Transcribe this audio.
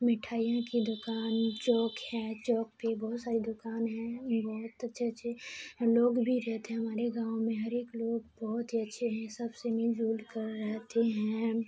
مٹھائیوں کی دکان چوک ہے چوک پہ بہت ساری دکان ہیں بہت اچھے اچھے لوگ بھی رہتے ہیں ہمارے گاؤں میں ہر ایک لوگ بہت ہی اچھے ہیں سب سے مل جل کر رہتے ہیں